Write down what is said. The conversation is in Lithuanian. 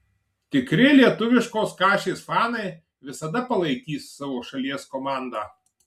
tikri lietuviškos kašės fanai visada palaikys savo šalies komandą